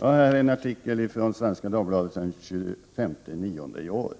Jag har här en artikel från Svenska Dagbladet den 25 september i år,